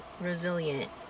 resilient